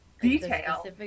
detail